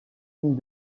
lignes